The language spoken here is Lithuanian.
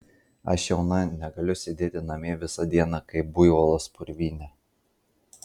aš jauna negaliu sėdėti namie visą dieną kaip buivolas purvyne